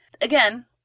Again